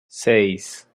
seis